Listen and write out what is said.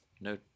no